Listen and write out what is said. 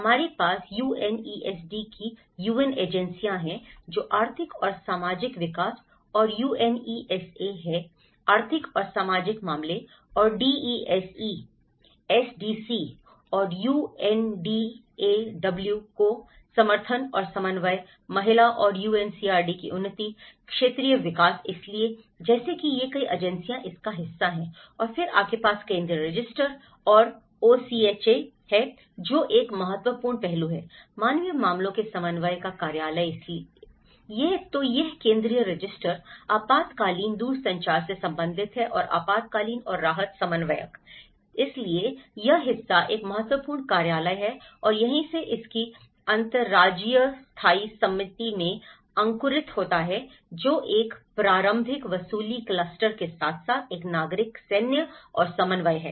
हमारे पास UNESD की UN एजेंसियां हैं जो आर्थिक और सामाजिक विकास और UNESA है आर्थिक और सामाजिक मामले और DESE एसडीसी और यूएनडीएडब्ल्यू को समर्थन और समन्वय महिला और UNCRD की उन्नति क्षेत्रीय विकास इसलिए जैसे कि ये कई एजेंसियां इसका हिस्सा हैं और फिर आपके पास केंद्रीय रजिस्टर और OCHA है जो एक महत्वपूर्ण पहलू है मानवीय मामलों के समन्वय का कार्यालय इसलिए यह केंद्रीय रजिस्टर आपातकालीन दूरसंचार से संबंधित है और आपातकालीन और राहत समन्वयक इसलिए यह हिस्सा एक महत्वपूर्ण कार्यालय है और यहीं से इसकी अंतर्राज्यीय स्थायी समिति में अंकुरित होता है जो एक प्रारंभिक वसूली क्लस्टर के साथ साथ एक नागरिक सैन्य और समन्वय है